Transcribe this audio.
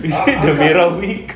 is it a merah week